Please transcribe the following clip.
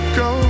go